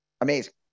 Amazing